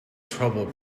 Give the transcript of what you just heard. trouble